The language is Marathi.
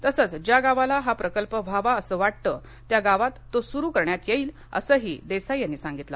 तसेच ज्या गावाला हा प्रकल्प व्हावा असे वाटते त्या गावात तो सुरू करण्यात येईल असंही देसाई यांनी सांगितलं